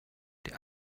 der